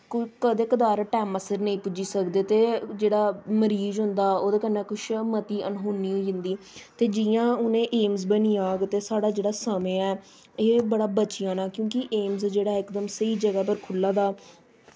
कदें कदार टैमां सिर नेईं पुज्जी सकदे् ते जेह्ड़ा मरीज़ होंदा हा ओह्दे कन्नै कुछ मती अनहोनी होई जंदी ही ते जियां हून एह् एम्स बनी जाह्ग ते साढ़ा जेह्ड़ा समें ऐ एह् बड़ा बची जाना क्योंकि एम्स जेह्ड़ा इकदम स्हेई जगह् पर खु'ल्ला दा